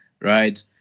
right